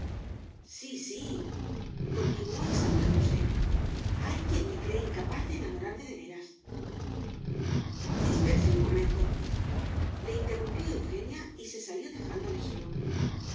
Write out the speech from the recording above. criada sí sícontinuó exaltándose hay quien me cree incapaz de enamorarme de veras dispense un momentole interrumpió eugenia y se salió dejándole solo